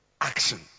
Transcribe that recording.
action